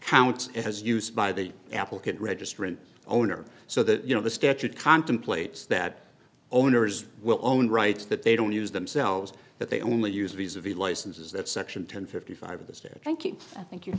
counts as used by the applicant registrant owner so that you know the statute contemplates that owners will own rights that they don't use themselves that they only use visa v licenses that section ten fifty five of the state thank you thank you